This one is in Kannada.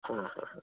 ಹಾಂ ಹಾಂ ಹಾಂ